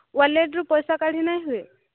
ୱାଲେଟ୍ରୁ ପଇସା କାଢ଼ି ନେଇହୁଏ